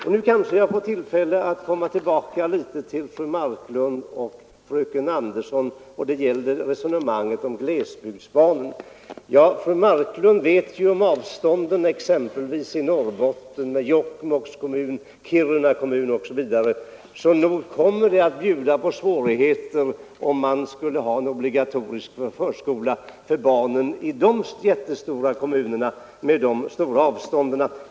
Jag får nu tillfälle att komma tillbaka till fru Marklund och fröken Andersson i Stockholm och resonemanget om glesbygdsbarnen. Fru Marklund känner ju till avstånden exempelvis i Norrbotten. Nog skulle det stöta på svårigheter att ha en obligatorisk förskola i de jättestora kommunerna där, t.ex. Jokkmokks kommun, Kiruna kommun osv.